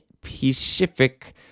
pacific